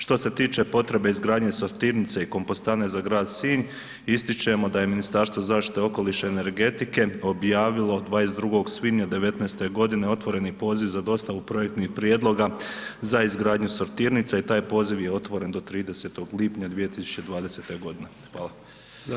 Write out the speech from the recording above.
Što se tiče potrebe izgradnje sortirnice i kompostane za grad Sinj, ističemo da je Ministarstvo zaštite okoliša i energetike objavilo 22. svibnja 2019. g. otvoreni poziv za dostavu projektnih prijedloga za izgradnju sortirnice i taj poziv je otvoren do 30. lipnja 2020. g., hvala.